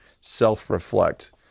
self-reflect